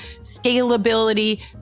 scalability